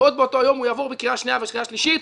ועוד באותו יום הוא יעבור בקריאה שנייה וקריאה שלישית.